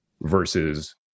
versus